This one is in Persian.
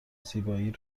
زیبایی